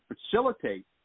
facilitate